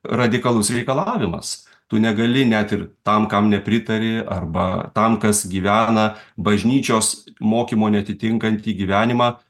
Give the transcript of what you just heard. radikalus reikalavimas tu negali net ir tam kam nepritari arba tam kas gyvena bažnyčios mokymo neatitinkantį gyvenimą